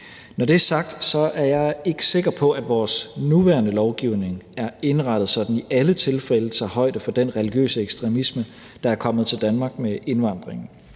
Når det er sagt, er jeg ikke sikker på, at vores nuværende lovgivning er indrettet sådan, at den i alle tilfælde tager højde for den religiøse ekstremisme, der er kommet til Danmark med indvandringen.